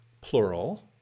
plural